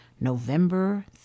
November